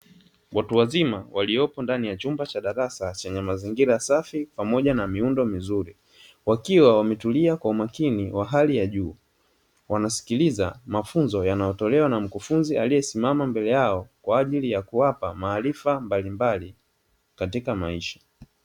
Watu wazima waliopo ndani ya chumba cha darasa chenye mazingira safi pamoja na miundo mizuri, wakiwa watulia kwa umakini wa hali ya juu, wanasikiliza mafunzo yanayotolewa na mkufunzi aliyesimama mbele yao, kwa ajili ya kuwapa maarifa mbalimbali katika maisha.